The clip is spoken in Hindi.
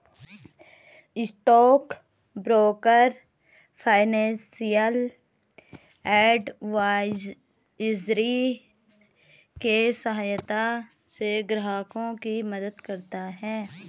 स्टॉक ब्रोकर फाइनेंशियल एडवाइजरी के सहायता से ग्राहकों की मदद करता है